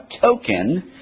token